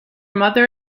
mother